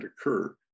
occur